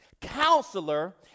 counselor